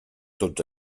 tots